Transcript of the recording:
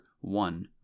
one